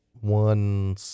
one